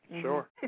Sure